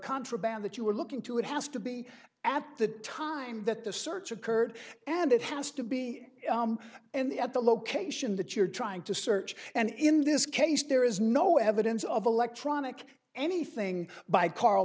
contraband that you were looking to it has to be at the time that the search occurred and it has to be in the at the location that you're trying to search and in this case there is no evidence of electronic anything by karl